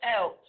out